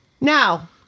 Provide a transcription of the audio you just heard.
Now